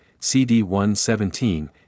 CD117